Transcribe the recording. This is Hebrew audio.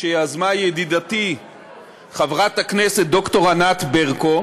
שיזמה ידידתי חברת הכנסת ד"ר ענת ברקו,